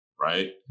right